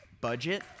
budget